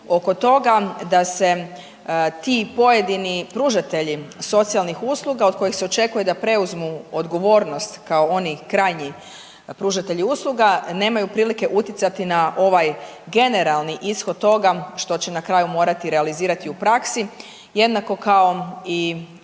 oko toga da se ti pojedini pružatelji socijalnih usluga od kojih se očekuje da preuzmu odgovornost kao oni krajnji pružatelji usluga nemaju prilike utjecati na ovaj generalni ishod toga što će na kraju morati realizirati u praksi jednako kao i